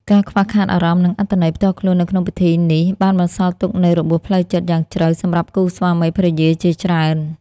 ការខ្វះខាតអារម្មណ៍និងអត្ថន័យផ្ទាល់ខ្លួននៅក្នុងពិធីទាំងនេះបានបន្សល់ទុកនូវរបួសផ្លូវចិត្តយ៉ាងជ្រៅសម្រាប់គូស្វាមីភរិយាជាច្រើន។